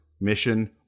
mission